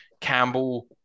Campbell